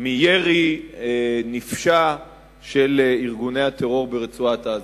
מירי נפשע של ארגוני הטרור ברצועת-עזה.